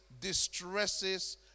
distresses